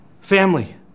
Family